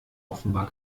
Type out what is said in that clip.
offenbar